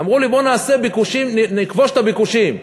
אמרו לי, בוא נעשה ביקושים, נכבוש את הביקושים.